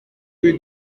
rue